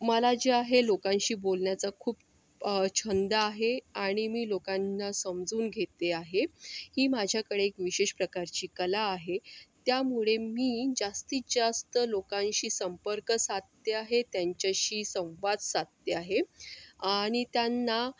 मला जे आहे लोकांशी बोलण्याचा खूप छंद आहे आणि मी लोकांना समजून घेते आहे ही माझ्याकडे एक विशेष प्रकारची कला आहे त्यामुळे मी जास्तीतजास्त लोकांशी संपर्क साधते आहे त्यांच्याशी संवाद साधते आहे आणि त्यांना